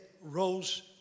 rose